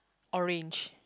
orange